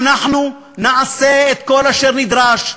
אנחנו נעשה את כל אשר נדרש,